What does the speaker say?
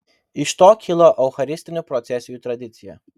iš to kilo eucharistinių procesijų tradicija